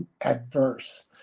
adverse